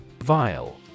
Vile